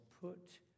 put